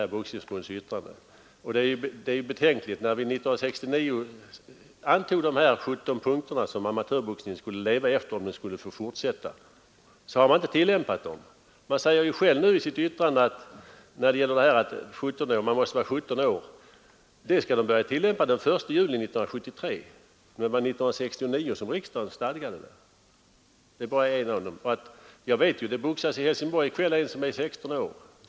Och beklämmande är att fastän vi 1969 antog de 17 punkterna som amatörboxningen skulle leva efter om den skulle få fortsätta, så har man inte tillämpat dem. Man säger nu i sitt yttrande att regeln om att en boxare skall vara 17 år skulle börja tillämpas den 1 juli 1973 — men det var 1969 som riksdagen stadgade det. I Helsingborg boxas i kväll en pojke som är 16 år.